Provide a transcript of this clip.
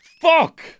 fuck